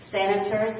senators